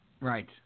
Right